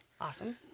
Awesome